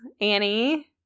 annie